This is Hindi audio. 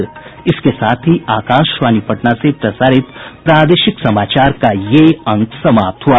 इसके साथ ही आकाशवाणी पटना से प्रसारित प्रादेशिक समाचार का ये अंक समाप्त हुआ